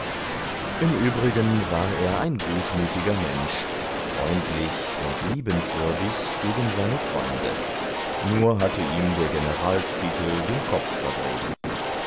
im übrigen war er ein gutmütiger mensch freundlich und liebenswürdig gegen seine freunde nur hatte ihm der generalstitel den kopf verdreht